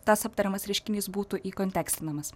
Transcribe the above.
tas aptariamas reiškinys būtų įkontekstinamas